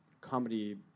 comedy